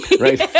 Right